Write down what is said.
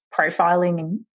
profiling